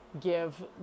give